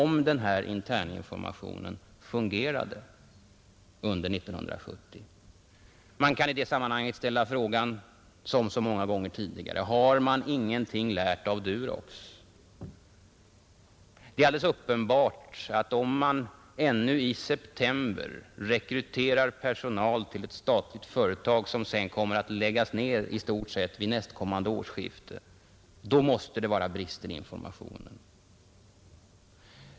Man kan i det sammanhanget ställa Nr 87 samma fråga som så många gånger tidigare: Har regeringen ingenting lärt — Fredagen den av Durox? Det är alldeles uppenbart att om ännu i september personal — 14 maj 1971 rekryteras till ett statligt företag som sedan läggs ner vid nästkommande årsskifte, då måste det vara brister i informationen.